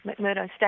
McMurdo